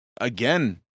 again